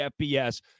FBS